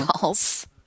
False